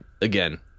again